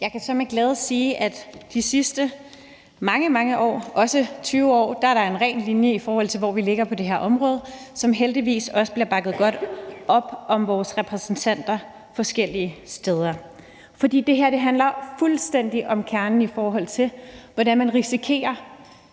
Jeg kan så med glæde sige, at de sidste mange, mange år, også 20 år, er der en ren linje, i forhold til hvor vi ligger på det her område, som der heldigvis også bliver bakket godt op om af vores repræsentanter forskellige steder. For det her handler fuldstændig om kernen, i forhold til hvordan man risikerer